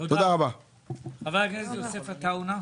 חבר הכנסת יוסף עטאונה.